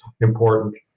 important